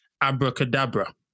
abracadabra